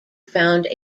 found